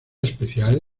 especial